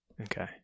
Okay